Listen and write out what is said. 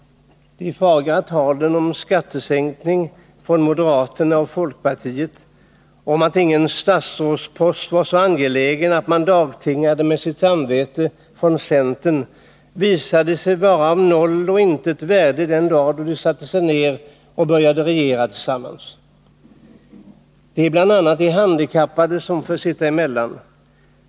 Det fagra talet om skattesänkning från moderaterna och folkpartiet och om att ingen statsrådspost var så angelägen att man dagtingade med sitt samvete från centern visade sig vara av noll och intet värde den dag då de satte sig ner för att regera tillsammans. Det är bl.a. de handikappade som får sitta emellan.